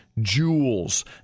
Jewels